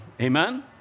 amen